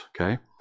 Okay